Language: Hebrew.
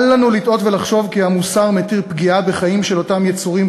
אל לנו לטעות ולחשוב כי המוסר מתיר פגיעה בחיים של אותם יצורים